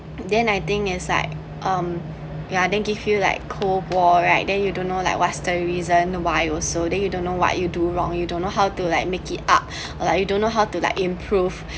then I think is like um and then give you like cold war right then you don't know like what's the reason why you're so then you don't know what you do wrong you don't know how to like make it up or like you don't know how to like improve